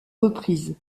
reprises